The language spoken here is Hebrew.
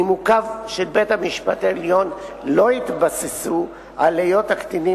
נימוקיו של בית-המשפט העליון לא התבססו על היות הקטינים